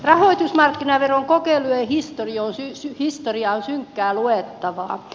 rahoitusmarkkinaveron kokeilujen historia on synkkää luettavaa